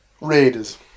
Raiders